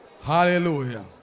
Hallelujah